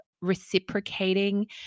reciprocating